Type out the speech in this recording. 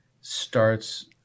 starts